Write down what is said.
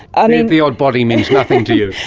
and the odd body means nothing to you.